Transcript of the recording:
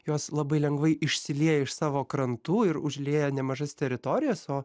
jos labai lengvai išsilieja iš savo krantų ir užlieja nemažas teritorijas o